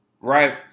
right